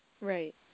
Right